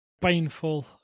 painful